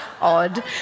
odd